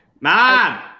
mom